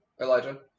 Elijah